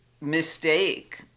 mistake